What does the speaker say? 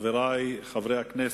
חברי חברי הכנסת,